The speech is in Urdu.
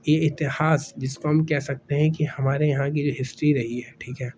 یہ اتہاس جس کو ہم کہہ سکتے ہیں کہ ہمارے یہاں کی یہ ہسٹری رہی ہے ٹھیک ہے